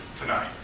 tonight